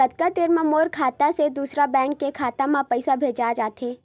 कतका देर मा मोर खाता से दूसरा बैंक के खाता मा पईसा भेजा जाथे?